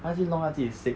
他去弄他自己 sick